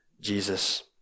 Jesus